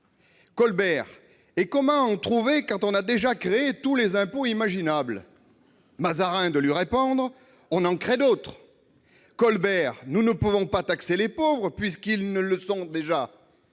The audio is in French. Colbert. -Et comment en trouver quand on a déjà créé tous les impôts imaginables ? Mazarin. -On en crée d'autres. Colbert. -Nous ne pouvons pas taxer les pauvres plus qu'ils ne le sont déjà.